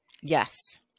Yes